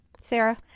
Sarah